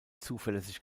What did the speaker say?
zuverlässig